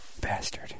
bastard